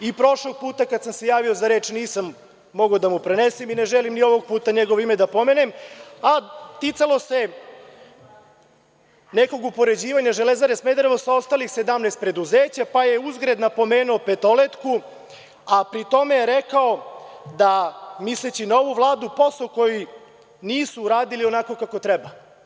I prošlog puta kada sam se javio za reč nisam mogao da mu prenesem i ne želim ni ovog puta njegovo ime da pomenem, a ticalo se nekog upoređivanja „Železare Smederevo“ sa ostalih 17 preduzeća, pa je uzgred napomenuo „Petoletku“, a pri tome je rekao da misleći na ovu Vladu, posao koji nisu uradili onako kako treba.